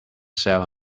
sell